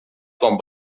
con